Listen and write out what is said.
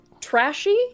trashy